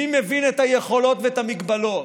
מי מבין את היכולות ואת המגבלות?